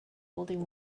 holding